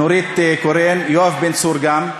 נורית קורן, יואב בן צור גם.